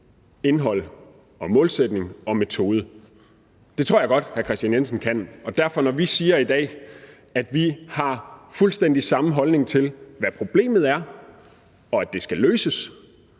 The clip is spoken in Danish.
indhold og målsætning og metode. Det tror jeg godt hr. Kristian Jensen kan. Og når vi siger i dag, at vi har fuldstændig samme holdning til, hvad problemet er, og at det skal løses,